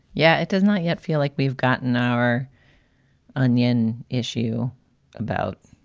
yeah it does not yet feel like we've gotten our onion issue about.